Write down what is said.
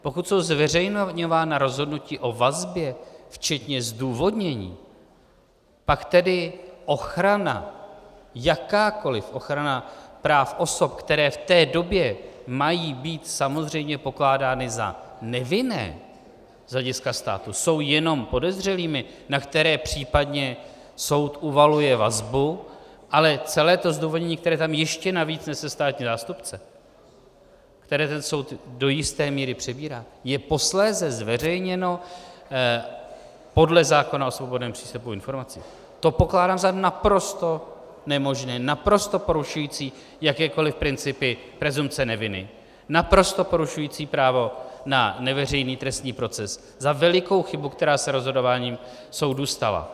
Pokud jsou zveřejňována rozhodnutí o vazbě včetně zdůvodnění, pak tedy ochrana, jakákoli ochrana práv osob, které v té době mají být samozřejmě pokládány za nevinné z hlediska státu, jsou jenom podezřelými, na které případně soud uvaluje vazbu, ale celé to zdůvodnění, které tam ještě navíc nese státní zástupce, které ten soud do jisté míry přebírá, je posléze zveřejněno podle zákona o svobodném přístupu k informacím to pokládám za naprosto nemožné, naprosto porušující jakékoli principy presumpce neviny, naprosto porušující právo na neveřejný trestní proces, za velikou chybu, která se rozhodováním soudu stala.